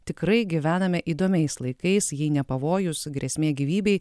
tikrai gyvename įdomiais laikais jei ne pavojus grėsmė gyvybei